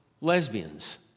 lesbians